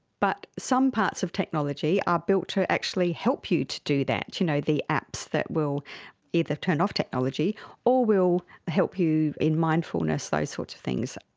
but some parts of technology are built to actually help you to do that, you know, the apps that will either turn off technology or will help you in mindfulness, those sorts of things.